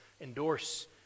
endorse